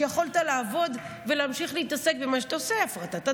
שיכולת לעבוד ולהמשיך להתעסק במה שאתה עושה: הפרטת דואר,